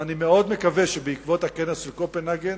ואני מאוד מקווה שבעקבות הכנס בקופנהגן,